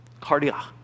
Cardiac